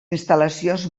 instal·lacions